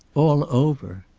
all over!